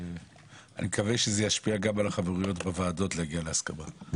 אני מקווה שזה ישפיע גם על החברויות בוועדות להגיע להסכמות.